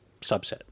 subset